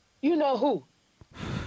you-know-who